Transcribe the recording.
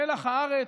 מלח הארץ,